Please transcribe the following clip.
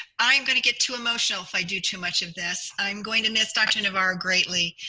i'm gonna get too emotional if i do too much of this. i'm going to miss dr. navarro greatly.